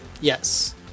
Yes